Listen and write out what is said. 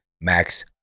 Max